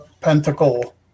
pentacle